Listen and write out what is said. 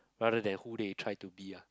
rather then who they try to be ah